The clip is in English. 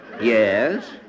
Yes